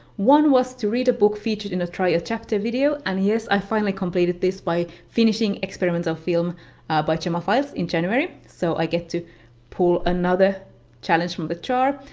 one was to read a book featured in a try a chapter video, and yes, i finally completed this by finishing experimental film by gemma files in january, so i get to pull another challenge from the but jar.